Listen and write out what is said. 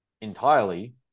entirely